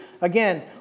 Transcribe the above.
Again